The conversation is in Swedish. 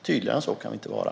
Tydligare än så kan vi inte vara.